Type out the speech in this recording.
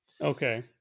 Okay